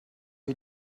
you